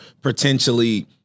potentially